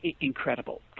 incredible